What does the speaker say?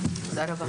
נעולה.